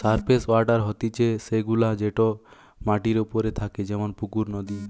surface water হতিছে সে গুলা যেটি মাটির ওপরে থাকে যেমন পুকুর, নদী